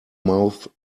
mouth